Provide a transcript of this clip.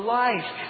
life